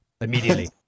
immediately